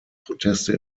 proteste